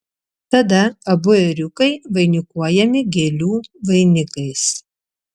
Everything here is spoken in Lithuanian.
tada abu ėriukai vainikuojami gėlių vainikais